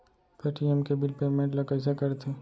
Paytm के bill payment ल कइसे करथे?